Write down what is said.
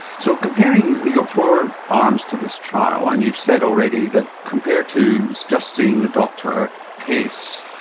so comparing you've got four arms to this trial and you've said already that compared to just seeing the doctor, pace,